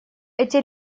эти